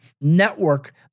network